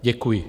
Děkuji.